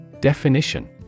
Definition